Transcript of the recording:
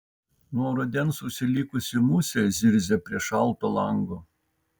nuo rudens užsilikusi musė zirzia prie šalto lango